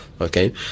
Okay